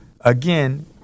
again